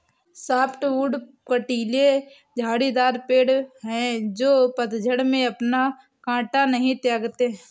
softwood कँटीले झाड़ीदार पेड़ हैं जो पतझड़ में अपना काँटा नहीं त्यागते